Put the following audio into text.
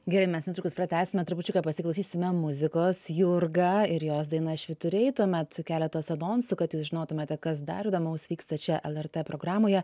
gerai mes netrukus pratęsime trupučiuką pasiklausysime muzikos jurga ir jos daina švyturiai tuomet keletas anonsų kad jūs žinotumėte kas dar įdomaus vyksta čia lrt programoje